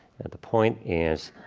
and the point is,